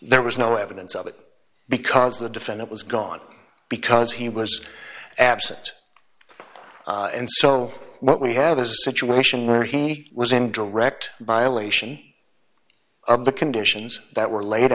there was no evidence of it because the defendant was gone because he was absent and so what we have a situation where he was in direct violation of the conditions that were laid